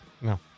No